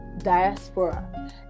diaspora